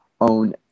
own